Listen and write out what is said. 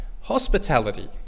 hospitality